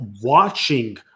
watching